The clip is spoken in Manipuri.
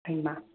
ꯍꯩꯃꯥ